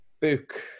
book